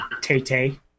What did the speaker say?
Tay-Tay